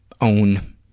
own